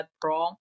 Pro